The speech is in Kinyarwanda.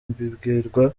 mbibwira